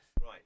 Right